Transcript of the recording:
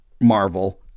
Marvel